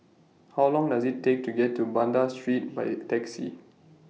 How Long Does IT Take to get to Banda Street By Taxi